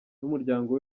n’umuryango